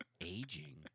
aging